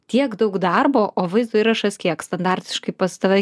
tiek daug darbo o vaizdo įrašas kiek standartiškai pas tave